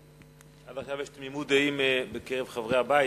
עד עכשיו יש תמימות דעים בקרב חברי הבית.